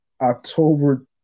October